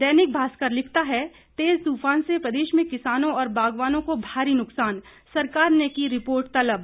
दैनिक भास्कर लिखता है तेज तुफान से प्रदेश में किसानों और बागवानों को भारी नुकसान सरकार ने की रिपोर्ट तलब